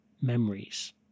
memories